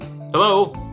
Hello